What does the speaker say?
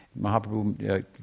Mahaprabhu